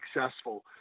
successful